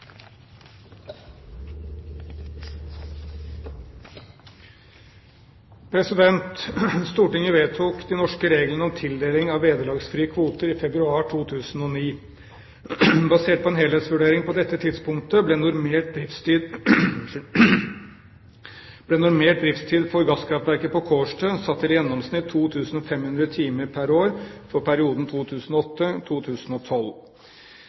Stortinget vedtok de norske reglene om tildeling av vederlagsfrie kvoter i februar 2009. Basert på en helhetsvurdering på dette tidspunktet ble normert driftstid for gasskraftverket på Kårstø satt til i gjennomsnitt 2 500 timer pr. år for perioden